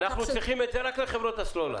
אנחנו צריכים את זה רק לחברות הסלולר.